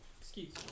Excuse